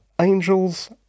Angels